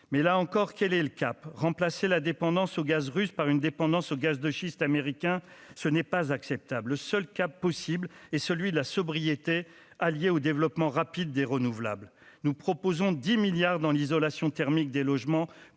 mais là encore, quel est le cap remplacer la dépendance au gaz russe par une dépendance au gaz de schiste américain ce n'est pas acceptable seul cap possible et celui de la sobriété, alliée au développement rapide des renouvelables, nous proposons 10 milliards dans l'isolation thermique des logements